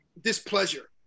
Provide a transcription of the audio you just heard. displeasure